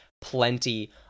plenty